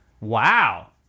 Wow